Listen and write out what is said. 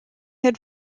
had